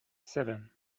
seven